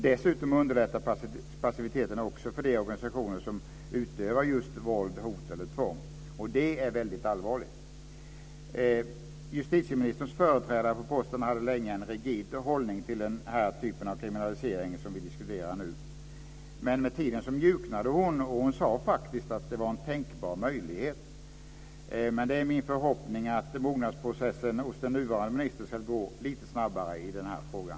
Dessutom underlättar passiviteten också för de organisationer som utövar just våld, hot eller tvång. Det är väldigt allvarligt. Justitieministerns företrädare på posten hade länge en rigid hållning till den typ av kriminalisering som vi diskuterar nu. Men med tiden mjuknade hon, och hon sade faktiskt att det var en tänkbar möjlighet. Det är min förhoppning att mognadsprocessen hos den nuvarande ministern ska gå lite snabbare i den här frågan.